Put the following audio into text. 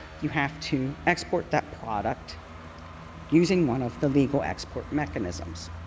you have to export that product using one of the legal export mechanisms.